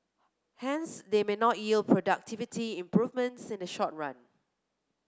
hence they may not yield productivity improvements in the short run